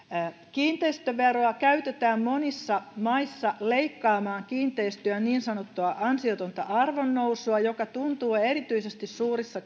kiinteistöveroa käytetään monissa maissa leikkaamaan kiinteistön niin sanottua ansiotonta arvonnousua joka tuntuu erityisesti suurissa